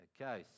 Okay